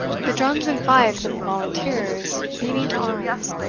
the drums and fifes of the volunteers beating to arms,